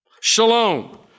shalom